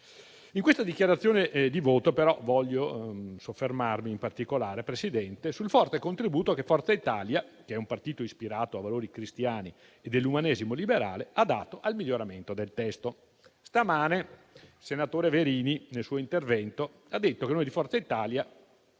In questa dichiarazione di voto voglio però soffermarmi in particolare sul forte contributo che Forza Italia, che è un partito ispirato ai valori cristiani e dell'umanesimo liberale, ha dato al miglioramento del testo. Questa mattina, il senatore Verini nel suo intervento ha detto che noi di Forza Italia